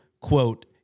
quote